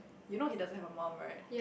you know he doesn't have a mum right